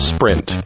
Sprint